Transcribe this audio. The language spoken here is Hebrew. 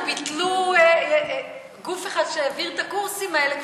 הם ביטלו גוף אחד שהעביר את הקורסים האלה,